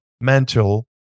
mental